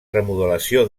remodelació